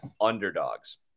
underdogs